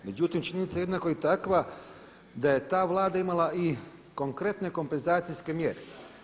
Međutim, činjenica je jednako i takva da je ta Vlada imala i kompletne kompenzacijske mjere.